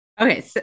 Okay